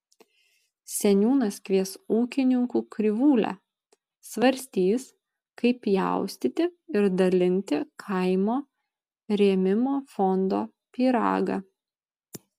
seniūnas kvies ūkininkų krivūlę svarstys kaip pjaustyti ir dalinti kaimo rėmimo fondo pyragą